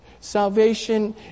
Salvation